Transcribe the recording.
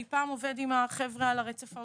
פעם אני עובד עם אנשים על הרצף האוטיסטי,